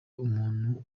umuntu